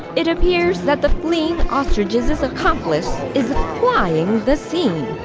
it appears that the fleeing ostrich's accomplice is flying the scene.